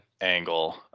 angle